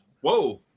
Whoa